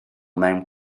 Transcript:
mewn